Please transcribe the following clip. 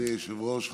אדוני היושב-ראש,